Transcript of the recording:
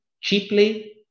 cheaply